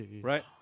right